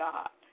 God